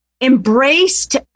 embraced